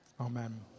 Amen